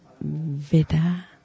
Veda